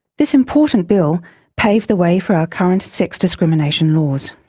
this important bill paved the way for our current sex discrimination laws.